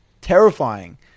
Terrifying